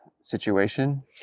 situation